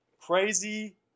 crazy